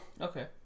Okay